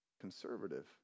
conservative